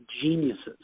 geniuses